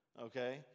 Okay